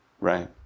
Right